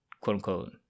quote-unquote